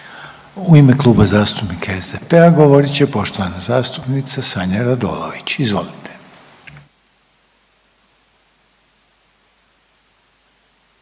u ime Kluba zastupnika SDP-a govorit će poštovana zastupnica Sanja Radolović ponovo. Izvolite.